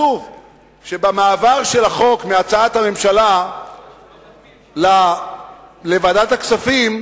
שבמעבר של החוק מהצעת הממשלה לוועדת הכספים